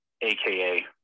aka